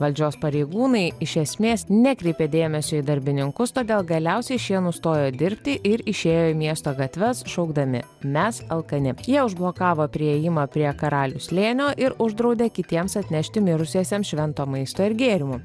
valdžios pareigūnai iš esmės nekreipė dėmesio į darbininkus todėl galiausiai šie nustojo dirbti ir išėjo į miesto gatves šaukdami mes alkani jie užblokavo priėjimą prie karalių slėnio ir uždraudė kitiems atnešti mirusiesiems švento maisto ir gėrimų